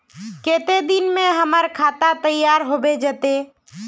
केते दिन में हमर खाता तैयार होबे जते?